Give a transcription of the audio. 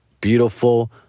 Beautiful